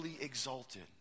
exalted